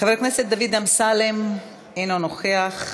חבר הכנסת דוד אמסלם, אינו נוכח,